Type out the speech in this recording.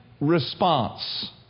response